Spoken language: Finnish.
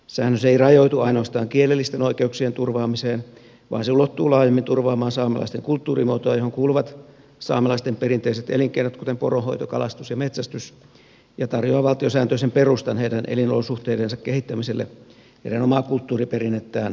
säännös ei rajoitu ainoastaan kielellisten oikeuksien turvaamiseen vaan se ulottuu laajemmin turvaamaan saamelaisten kulttuurimuotoa johon kuuluvat saamelaisten perinteiset elinkeinot kuten poronhoito kalastus ja metsästys ja tarjoaa valtiosääntöisen perustan heidän elinolosuhteidensa kehittämiselle heidän omaa kulttuuriperinnettään kunnioittaen